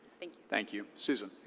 thank thank you. susan.